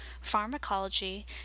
pharmacology